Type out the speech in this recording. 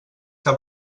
que